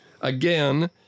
again